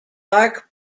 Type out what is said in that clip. dark